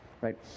right